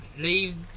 leaves